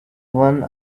one